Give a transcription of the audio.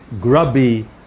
grubby